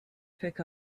pick